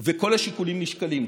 וכל השיקולים נשקלים,